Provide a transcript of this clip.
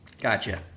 Gotcha